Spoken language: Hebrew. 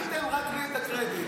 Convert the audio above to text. אל תיתן רק לי את הקרדיט.